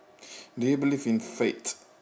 do you believe in fate